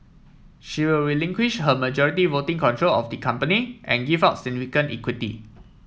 she will relinquish her majority voting control of the company and give up significant equity